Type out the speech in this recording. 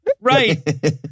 right